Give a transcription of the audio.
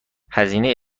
هزینه